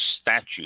statute